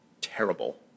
terrible